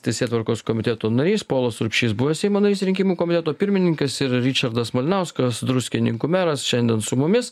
teisėtvarkos komiteto narys povilas urbšys buvęs seimo narys rinkimų komiteto pirmininkas ir ričardas malinauskas druskininkų meras šiandien su mumis